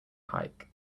hike